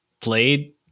Played